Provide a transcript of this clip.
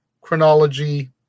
chronology